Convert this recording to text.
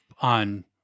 on